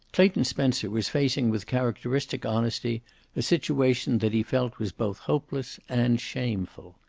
clayton spencer was facing with characteristic honesty a situation that he felt was both hopeless and shameful.